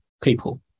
people